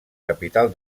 capital